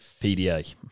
PDA